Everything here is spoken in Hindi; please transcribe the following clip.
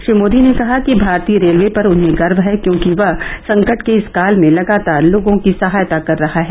श्री मोदी ने कहा कि भारतीय रेलवे पर उन्हें गर्व है क्योंकि वह संकट के इस काल में लगातार लोगों की सहायता कर रहा है